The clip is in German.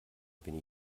bin